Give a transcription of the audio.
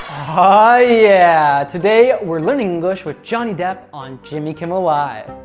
ah yeah! today, we're learning english with johnny depp on jimmy kimmel live!